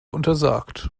untersagt